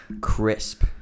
Crisp